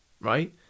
right